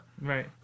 Right